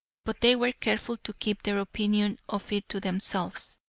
but they were careful to keep their opinion of it to themselves,